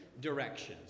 Directions